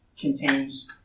contains